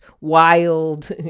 wild